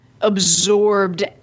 absorbed